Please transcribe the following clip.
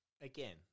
again